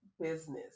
business